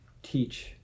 Teach